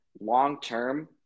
long-term